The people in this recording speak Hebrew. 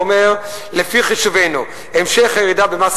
והוא אומר: לפי חישובנו המשך הירידה במס